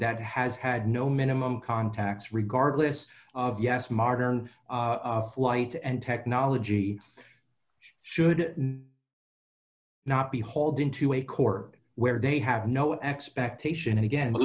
that has had no minimum contacts regardless of yes modern flight and technology should not be hauled into a court where they have no expectation again